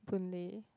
Boon Lay